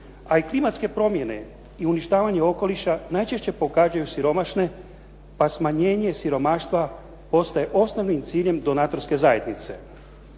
a i klimatske promjene i uništavanje okoliša najčešće pogađaju siromašne, pa smanjenje siromaštva postaje osnovnim ciljem donatorske zajednice.